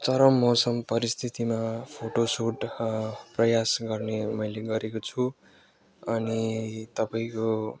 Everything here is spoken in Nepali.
चरम मौसम परिस्थितिमा फोटोसुट ह प्रयास गर्ने मैले गरेको छु अनि तपाईँको